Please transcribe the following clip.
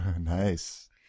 Nice